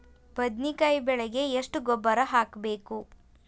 ಬದ್ನಿಕಾಯಿ ಬೆಳಿಗೆ ಎಷ್ಟ ಗೊಬ್ಬರ ಹಾಕ್ಬೇಕು?